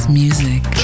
music